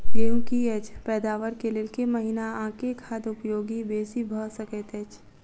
गेंहूँ की अछि पैदावार केँ लेल केँ महीना आ केँ खाद उपयोगी बेसी भऽ सकैत अछि?